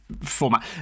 format